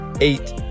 eight